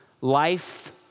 Life